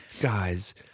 guys